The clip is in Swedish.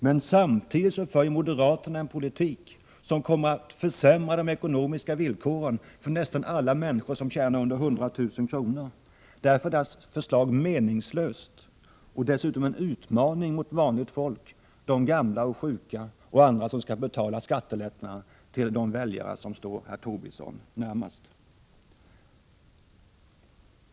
Men samtidigt för ju moderaterna en politik som kommer att försämra de ekonomiska villkoren för nästan alla människor som tjänar under 100 000 kr. Därför är moderaternas förslag meningslöst och dessutom en utmaning mot vanligt folk, gamla och sjuka och andra, som skall betala skattelättnader till de väljare som står herr Tobisson närmast.